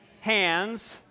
hands